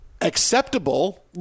acceptable